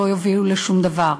שלא יובילו לשום דבר.